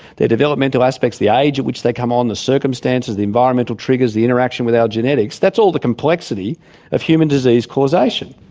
their developmental aspects, the age at which they come on, the circumstances, the environmental triggers, the interaction with our genetics, that's all the complexity of human disease causation.